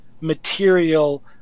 material